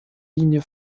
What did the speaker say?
linie